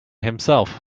himself